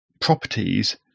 properties